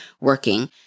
working